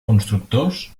constructors